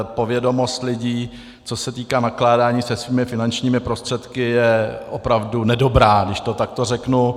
Povědomost lidí, co se týká nakládání se svými finančními prostředky, je opravdu nedobrá, když to takto řeknu.